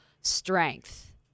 strength